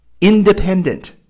independent